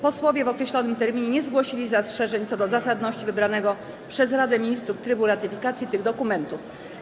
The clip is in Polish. Posłowie w określonym terminie nie zgłosili zastrzeżeń co do zasadności wybranego przez Radę Ministrów trybu ratyfikacji tych dokumentów.